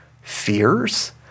fears